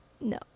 No